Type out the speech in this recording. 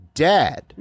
dad